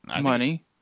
Money